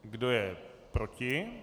Kdo je proti?